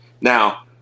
now